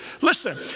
Listen